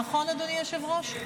נכון, אדוני היושב-ראש?